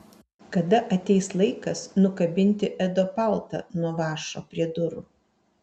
kada ateis laikas nukabinti edo paltą nuo vąšo prie durų